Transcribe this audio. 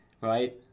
right